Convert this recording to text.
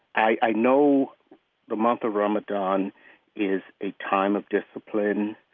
i know the month of ramadan is a time of discipline,